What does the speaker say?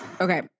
Okay